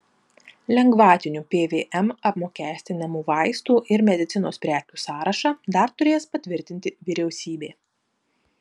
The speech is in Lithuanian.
lengvatiniu pvm apmokestinamų vaistų ir medicinos prekių sąrašą dar turės patvirtinti vyriausybė